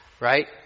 Right